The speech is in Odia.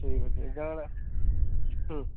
ଠିକ ଅଛି ହଁ